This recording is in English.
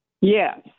Yes